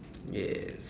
yes